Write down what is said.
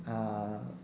uh